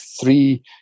three